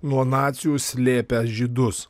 nuo nacių slėpę žydus